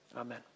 Amen